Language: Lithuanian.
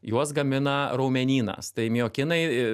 juos gamina raumenynas tai miokinai